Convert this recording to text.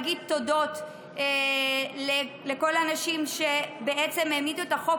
להגיד תודות לכל האנשים שבעצם העמידו את החוק